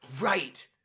Right